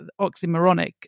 oxymoronic